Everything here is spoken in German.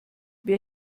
wer